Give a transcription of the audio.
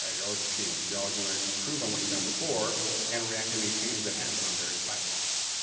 ah you're always repeating. because you always want to improve on what you've done before and react to any changes that happened on various platforms.